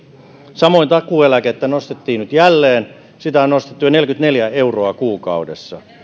samoin takuueläkettä nostettiin nyt jälleen sitä on nostettu jo neljäkymmentäneljä euroa kuukaudessa